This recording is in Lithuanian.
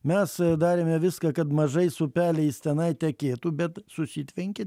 mes darėme viską kad mažais upeliais tenai tekėtų bet susitvenkė